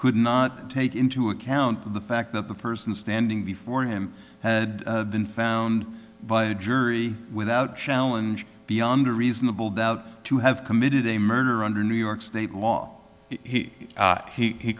could not take into account the fact that the person standing before him had been found but a jury without challenge beyond a reasonable doubt to have committed a murder under new york state law he